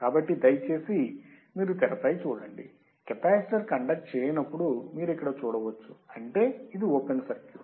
కాబట్టి దయచేసి మీరు తెరపై చూడంది కెపాసిటర్ కండక్ట్ చేయనప్పుడు మీరు ఇక్కడ చూడవచ్చు అంటే ఇది ఓపెన్ సర్క్యూట్